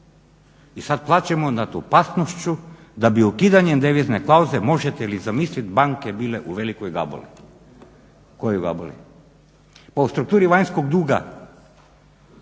I sad plačemo nad opasnošću da bi ukidanjem devizne klauzule, možete li zamislit banke bile u velikoj gabuli. Pa u strukturi vanjskog duga